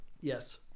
Yes